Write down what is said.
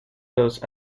los